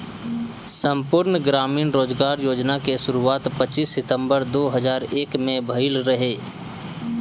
संपूर्ण ग्रामीण रोजगार योजना के शुरुआत पच्चीस सितंबर दो हज़ार एक में भइल रहे